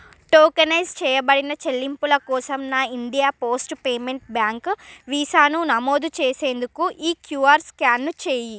tokenise చెయ్యబడిన చెల్లింపుల కోసం నా ఇండియా పోస్ట్ పేమెంట్ బ్యాంక్ వీసాను నమోదు చేసేందుకు ఈ క్యూఆర్ను స్కాన్ చేయి